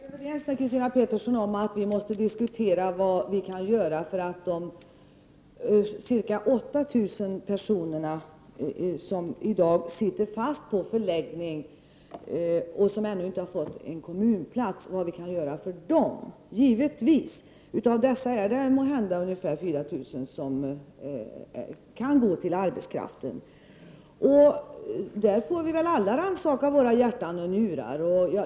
Herr talman! Jag är helt överens med Christina Pettersson om att vi måste diskutera vad vi kan göra för de ca 8 000 personer som i dag sitter fast på förläggningarna och inte har fått någon kommunplats. Av dem är det ungefär 4 000 personer som kan gå ut i arbete. Vi får väl alla rannsaka våra hjärtan och njurar.